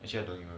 if you don't